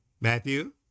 Matthew